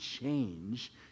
change